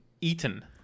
eaten